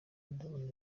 ndabona